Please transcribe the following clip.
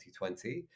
2020